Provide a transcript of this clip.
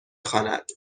خواند